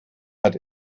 hat